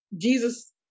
Jesus